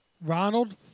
Ronald